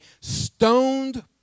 stoned